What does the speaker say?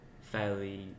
fairly